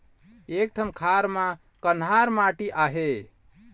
एक ठन खार म कन्हार माटी आहे?